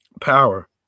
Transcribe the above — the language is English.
Power